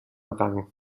rang